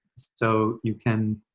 so you can,